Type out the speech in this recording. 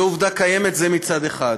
זו עובדה קיימת, זה מצד אחד.